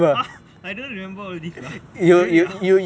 !huh! I don't remember all this lah really ah